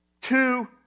two